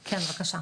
בבקשה.